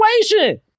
situation